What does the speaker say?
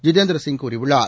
ஜிதேந்திர சிங் கூறியுள்ளார்